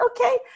okay